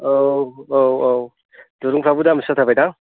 औ औ औ दुरुंफ्राबो दाम गोसा जाथारबायदां